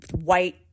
white